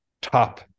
top